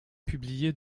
publiés